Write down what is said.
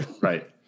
Right